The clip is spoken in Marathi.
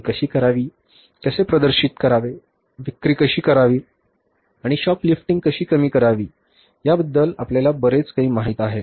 खरेदी कशी करावी कसे प्रदर्शित करावे विक्री कशी करावी आणि शॉपलिफ्टिंग कशी कमी करावी याबद्दल आपल्याला बरेच काही माहित आहे